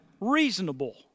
Reasonable